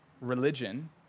religion